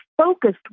focused